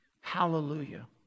hallelujah